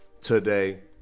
today